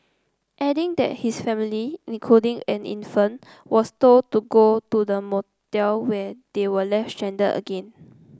adding that his family including an infant was told to go to the motel where they were left stranded again